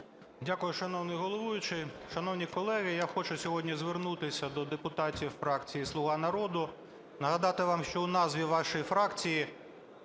Дякую, шановний головуючий. Шановні колеги, я хочу сьогодні звернутися до депутатів фракції "Слуга народу", нагадати вам, що у назві вашої фракції є